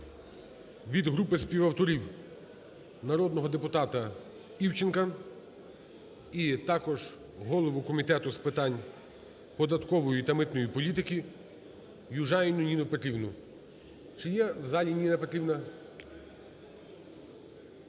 від групи співавторів народного депутата Івченка і також голову Комітету з питань податкової та митної політики Южаніну Ніну Петрівну. Чи є в залі Ніна Петрівна?